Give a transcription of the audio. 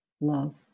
love